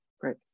Great